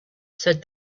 said